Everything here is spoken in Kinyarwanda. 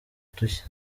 dushya